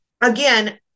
again